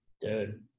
Dude